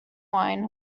wine